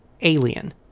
Alien